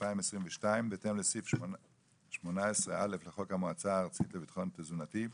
2022 בהתאם לסעיף 18א לחוק המועצה הארצית לביטחון תזונתי,